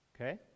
okay